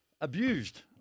abused